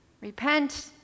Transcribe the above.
Repent